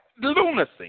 lunacy